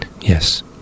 Yes